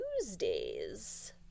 Tuesdays